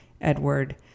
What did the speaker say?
Edward